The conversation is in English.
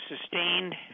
sustained